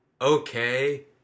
Okay